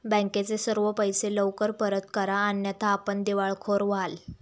बँकेचे सर्व पैसे लवकर परत करा अन्यथा आपण दिवाळखोर व्हाल